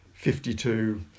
52